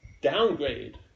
downgrade